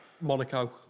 Monaco